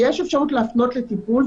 יש אפשרות להפנות לטיפול,